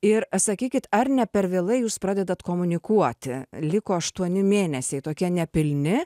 ir sakykit ar ne per vėlai jūs pradedat komunikuoti liko aštuoni mėnesiai tokie nepilni